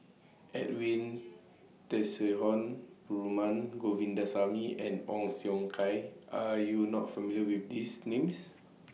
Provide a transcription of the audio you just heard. Edwin Tessensohn Perumal Govindaswamy and Ong Siong Kai Are YOU not familiar with These Names